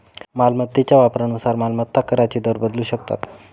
मालमत्तेच्या वापरानुसार मालमत्ता कराचे दर बदलू शकतात